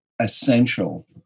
essential